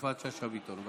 יפעת שאשא ביטון.